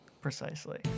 Precisely